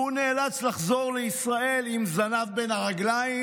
והוא נאלץ לחזור לישראל עם זנב בין הרגליים,